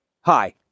Hi